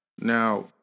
Now